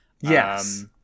Yes